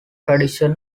tradition